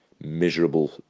miserable